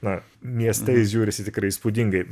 na mieste jis žiūrisi tikrai įspūdingai